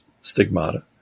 stigmata